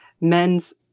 men's